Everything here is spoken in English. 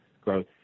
growth